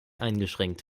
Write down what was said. eingeschränkt